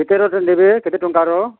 କେତେ ନେବେ କେତେ ଟଙ୍କାର